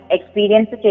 Experience